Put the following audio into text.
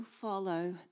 follow